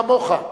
כמוך,